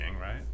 right